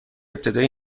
ابتدایی